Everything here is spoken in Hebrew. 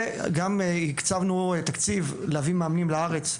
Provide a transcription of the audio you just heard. וגם הקצבנו תקציב להביא מאמנים לארץ,